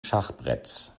schachbretts